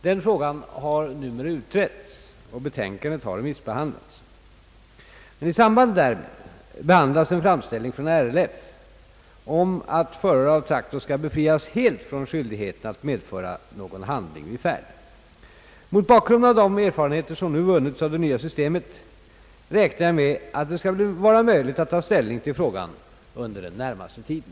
Den frågan har numera utretts och betänkandet har remissbehandlats. I samband därmed behandlas en framställning från RLF om att förare av traktor skall befrias helt från skyldigheten att medföra någon handling vid färd. Mot bakgrund av de erfarenheter som nu vunnits av det nya systemet räknar jag med att det skall vara möjligt att ta ställning i frågan under den närmaste tiden.